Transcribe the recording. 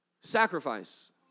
sacrifice